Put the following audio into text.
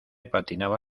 patinaba